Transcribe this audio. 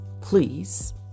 please